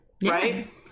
right